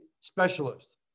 specialist